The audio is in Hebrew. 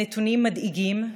הנתונים מדאיגים,